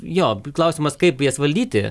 jo klausimas kaip jas valdyti